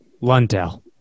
Lundell